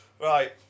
right